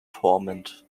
torment